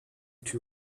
two